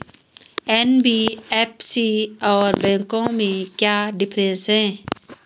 NBFC और बैंकों में क्या डिफरेंस है?